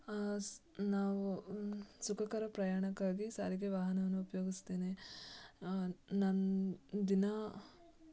ನಾವು ಸುಖಕರ ಪ್ರಯಾಣಕ್ಕಾಗಿ ಸಾರಿಗೆ ವಾಹನವನ್ನು ಉಪಯೋಗಿಸುತ್ತೇನೆ ನಾನು ದಿನಾ